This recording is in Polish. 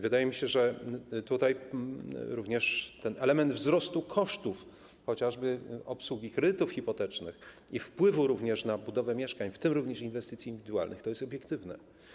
Wydaje mi się, że tutaj również ten element wzrostu kosztów chociażby obsługi kredytów hipotecznych i wpływu tego na budowę mieszkań, w tym również inwestycji indywidualnych - to jest obiektywne.